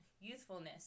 youthfulness